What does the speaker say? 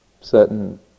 certain